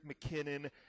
McKinnon